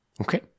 Okay